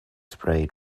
sprayed